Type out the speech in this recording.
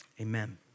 Amen